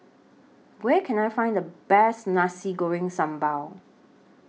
Where Can I Find The Best Nasi Goreng Sambal